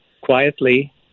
quietly